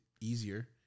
easier